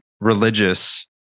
religious